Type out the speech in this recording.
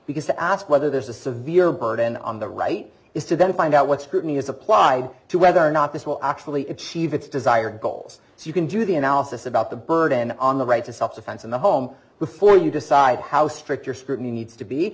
because to ask whether there's a severe burden on the right is to then find out what scrutiny is applied to whether or not this will actually achieve its desired goals so you can do the analysis about the burden on the right to self defense in the home before you decide how strict your scrutiny needs to be